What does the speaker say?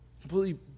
Completely